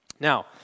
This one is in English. Now